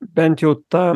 bent jau ta